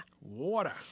Water